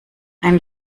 ein